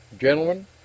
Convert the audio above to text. Gentlemen